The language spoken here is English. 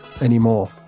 anymore